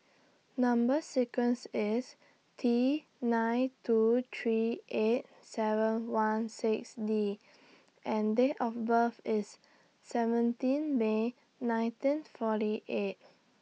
Number sequence IS T nine two three eight seven one six D and Date of birth IS seventeen May nineteen forty eight